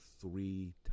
three